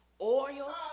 oil